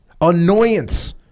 Annoyance